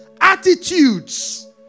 attitudes